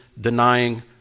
denying